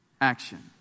action